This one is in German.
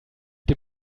dem